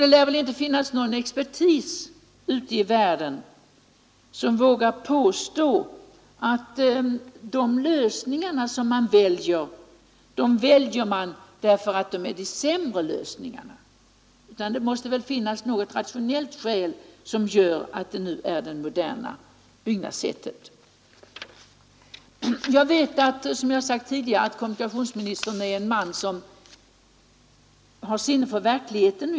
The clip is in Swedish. Det lär inte finnas någon expertis ute i världen som vågar påstå att man väljer lösningar därför att de är de sämre lösningarna, utan det måste väl finnas något rationellt skäl som gör att det moderna byggnadssättet är sådant. Jag vet, som jag sade tidigare, att kommunikationsministern är en man som har sinne för verkligheten.